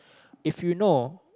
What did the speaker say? if you know